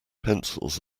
pencils